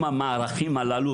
עם המערכים הללו,